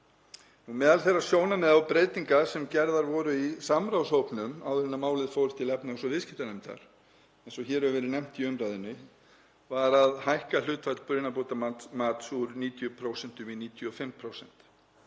Meðal þeirra sjónarmiða og breytinga sem gerðar voru í samráðshópnum áður en málið fór til efnahags- og viðskiptanefndar, eins og hefur verið nefnt í umræðunni, var að hækka hlutfall brunabótamats úr 90% í 95%.